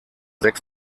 sechs